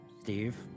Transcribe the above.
Steve